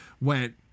went